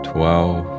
Twelve